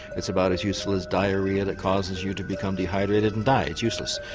it's about as useful as diarrhoea that causes you to become dehydrated and die it's useless.